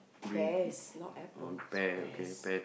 pears not apple it's pears